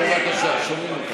בבקשה.